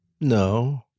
No